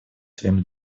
своим